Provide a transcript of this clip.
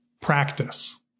practice